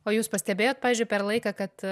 o jūs pastebėjot pavyzdžiui per laiką kad